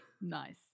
nice